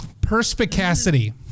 Perspicacity